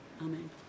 Amen